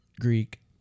Greek